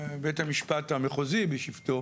בית המשפט המחוזי בשבתו